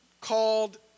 called